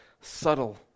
subtle